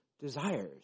desires